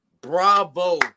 bravo